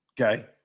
okay